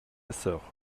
sœur